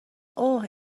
اوه